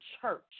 church